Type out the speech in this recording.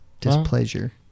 displeasure